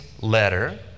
letter